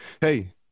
Hey